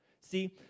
See